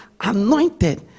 anointed